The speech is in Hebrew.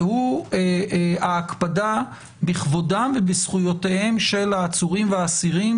והוא ההקפדה בכבודם ובזכויותיהם של העצורים ושל האסירים